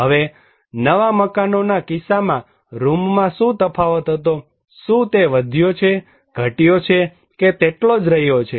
હવે નવા મકાનોના કિસ્સામાં રૂમમાં શું તફાવત હતોશું તે વધ્યો છે ઘટ્યો છે કે તેટલોજ રહ્યો છે